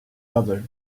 other